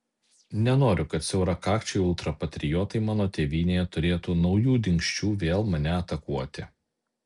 nenoriu kad siaurakakčiai ultrapatriotai mano tėvynėje turėtų naujų dingsčių vėl mane atakuoti